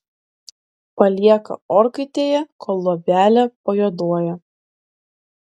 palieka orkaitėje kol luobelė pajuoduoja